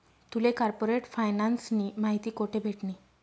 तुले कार्पोरेट फायनान्सनी माहिती कोठे भेटनी?